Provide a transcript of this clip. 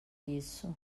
isso